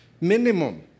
minimum